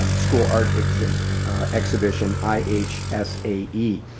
um school art exhibit exhibition i h s a e.